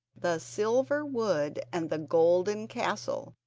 the silver wood and the golden castle,